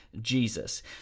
Jesus